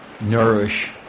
nourish